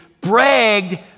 bragged